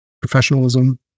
professionalism